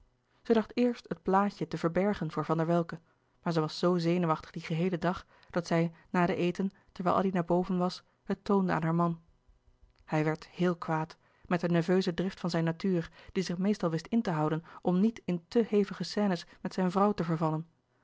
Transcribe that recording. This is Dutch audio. zij dacht eerst het blaadje te verbergen voor van der welcke maar zij was zoo zenuwachtig dien geheelen dag dat zij na den eten terwijl addy naar boven was het toonde aan haar man hij werd heel kwaad met de nerlouis couperus de boeken der kleine zielen veuze drift van zijn natuur die zich meestal wist in te houden om niet in te hevige scènes met zijn vrouw te vervallen